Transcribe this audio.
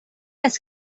است